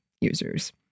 users